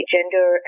Gender